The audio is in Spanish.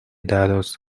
daros